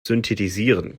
synthetisieren